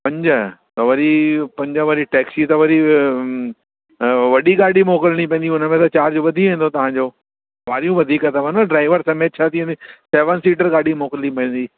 पंज त वरी पंज वरी टैक्सी त वरी वॾी गाॾी मोकिलिणी पवंदी उन में त चार्ज वधी वेंदो तव्हांजो सवारियूं वधीक अथव न ड्राइवर कंदे छह थी वेंदो सेवन सीटर गाॾी मोकिलिणी पवंदी